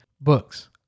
books